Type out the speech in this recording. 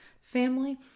family